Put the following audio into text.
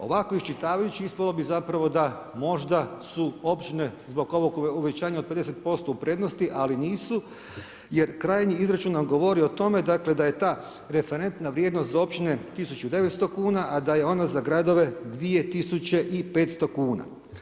Ovakvo iščitavajući ispalo bi zapravo da možda su općine zbog ovog uvećanja od 50% u prednosti ali nisu jer krajnji izračun nam govori o tome dakle da je ta referentna vrijednost za općine 1900 kuna a da je ona za gradove 2500 kuna.